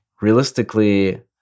realistically